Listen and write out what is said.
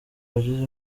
wagize